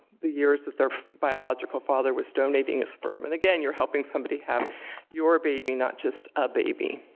the years that their biological father was donating sperm? and again, you're helping somebody have your baby, not just a baby.